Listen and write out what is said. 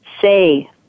say